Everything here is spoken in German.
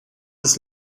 ist